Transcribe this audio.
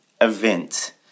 event